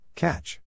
Catch